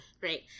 Great